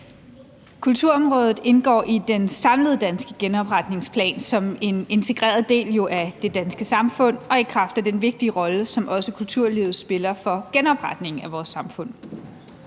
Kulturområdet indgår i den samlede danske genopretningsplan som en integreret del af det danske samfund og i kraft af den vigtige rolle, som også kulturlivet spiller for genopretningen af vores samfund.